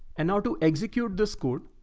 and now to execute this code,